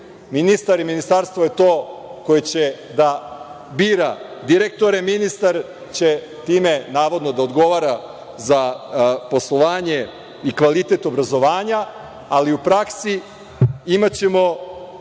Ministar i ministarstvo je to koje će da bira direktore. Ministar će time navodno da odgovara za poslovanje i kvalitet obrazovanja, ali u praksi imaćemo